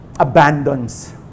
Abandons